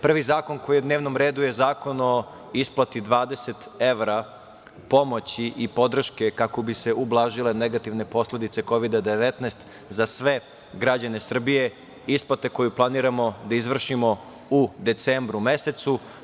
Prvi zakon koji je na dnevnom redu, je zakon o isplati 20 evra pomoći i podrške kako bi se ublažile negativne posledice COVID-19 za sve građane Srbije, isplata koju planiramo da izvršimo u decembru mesecu.